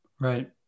Right